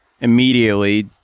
immediately